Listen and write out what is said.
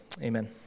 Amen